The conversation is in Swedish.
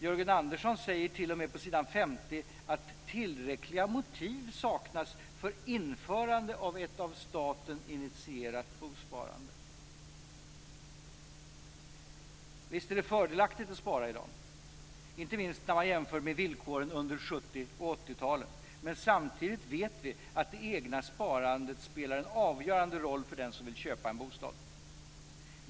Jörgen Andersson säger t.o.m. på s. 50 att tillräckliga motiv saknas för införande av ett av staten initierat bosparande. Visst är det fördelaktigt att spara i dag - inte minst när man jämför med villkoren under 70 och 80-talen. Samtidigt vet vi att det egna sparandet spelar en avgörande roll för den som vill köpa en bostad.